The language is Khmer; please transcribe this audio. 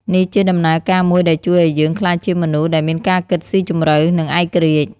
នេះជាដំណើរការមួយដែលជួយឱ្យយើងក្លាយជាមនុស្សដែលមានការគិតស៊ីជម្រៅ និងឯករាជ្យ។